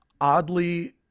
oddly